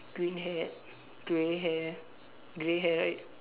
green hat grey hair grey hair right